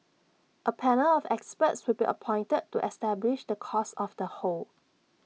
A panel of experts will be appointed to establish the cause of the hole